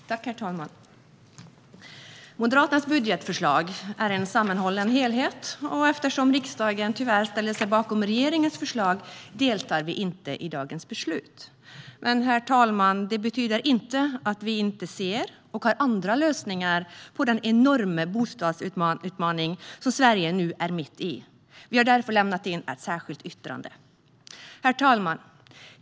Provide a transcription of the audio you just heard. Ändrade regler för uppskov med kapital-vinst vid avyttring av privatbostad Herr talman! Moderaternas budgetförslag är en sammanhållen helhet. Eftersom riksdagen, tyvärr, ställer sig bakom regeringens förslag deltar vi inte i dagens beslut. Detta betyder dock inte att vi inte ser, och har andra lösningar på, den enorma bostadsutmaning som Sverige nu är mitt i. Vi har därför skrivit ett särskilt yttrande. Herr talman!